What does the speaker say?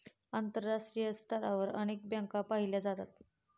आंतरराष्ट्रीय स्तरावर अनेक बँका पाहिल्या जातात